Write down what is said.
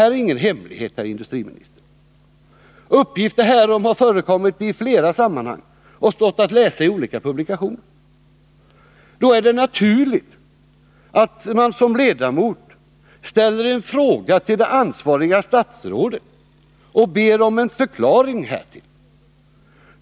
Det är ingen hemlighet, herr industriminister, uppgifter härom har förekommit i flera sammanhang och har stått att läsa i olika publikationer. Då är det naturligt att man som ledamot ställer en fråga till det ansvariga statsrådet och ber om en förklaring härtill.